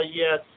yes